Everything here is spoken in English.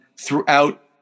throughout